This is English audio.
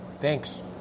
Thanks